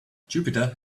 jupiter